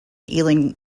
ealing